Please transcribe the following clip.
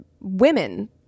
women